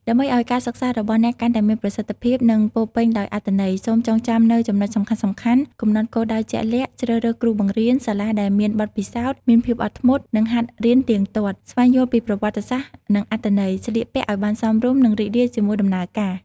ដើម្បីឱ្យការសិក្សារបស់អ្នកកាន់តែមានប្រសិទ្ធភាព និងពោរពេញដោយអត្ថន័យ សូមចងចាំនូវចំណុចសំខាន់ៗ កំណត់គោលដៅជាក់លាក់ ជ្រើសរើសគ្រូបង្រៀន សាលាដែលមានបទពិសោធន៍ មានភាពអត់ធ្មត់ និងហាត់រៀនទៀងទាត់ ស្វែងយល់ពីប្រវត្តិសាស្ត្រ និងអត្ថន័យ ស្លៀកពាក់ឱ្យបានសមរម្យ និងរីករាយជាមួយដំណើរការ។